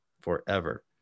forever